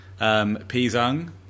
Pizung